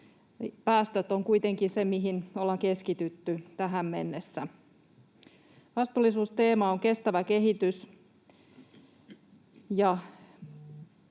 Päästöt ovat kuitenkin se, mihin ollaan keskitytty tähän mennessä. Vastuullisuusteema on kestävä kehitys,